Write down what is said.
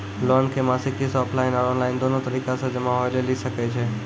Loan के मासिक किस्त ऑफलाइन और ऑनलाइन दोनो तरीका से जमा होय लेली सकै छै?